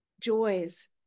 joys